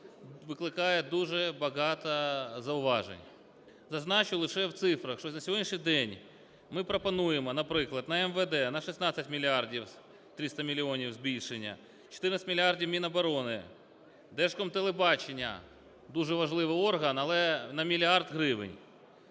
викликає дуже багато зауважень. Зазначу лише в цифрах, що за сьогоднішній день ми пропонуємо, наприклад, на МВД на 16 мільярдів 300 мільйонів збільшення. 14 мільярдів – Міноборони. Держкомтелебачення – дуже важливий орган, але на мільярд гривень.